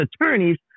attorneys